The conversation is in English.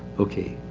okay.